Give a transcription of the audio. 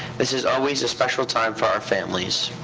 this is always a special time for our families.